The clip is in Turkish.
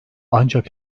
ancak